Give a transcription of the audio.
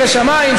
ירא שמיים,